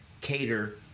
cater